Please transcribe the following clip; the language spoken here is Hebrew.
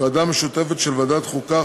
ועדה משותפת של ועדת החוקה,